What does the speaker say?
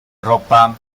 ropa